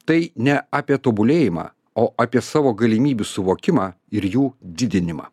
tai ne apie tobulėjimą o apie savo galimybių suvokimą ir jų didinimą